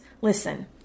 Listen